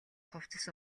хувцас